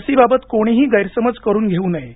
लसीबाबत कोणीही गैरसमज करून घेऊ नये